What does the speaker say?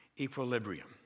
equilibrium